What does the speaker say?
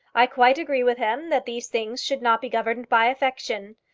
i quite agree with him that these things should not be governed by affection.